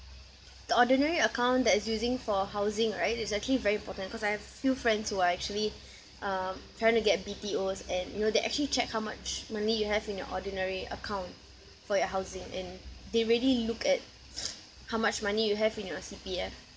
the ordinary account that is using for housing right is actually very important cause I have few friends who are actually um trying to get B_T_Os and you know they actually check how much money you have in your ordinary account for your housing and they really look at how much money you have in your C_P_F